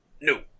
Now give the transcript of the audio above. No